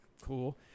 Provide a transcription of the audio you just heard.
cool